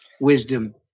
wisdom